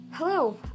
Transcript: Hello